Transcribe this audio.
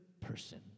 person